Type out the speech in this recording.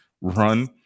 run –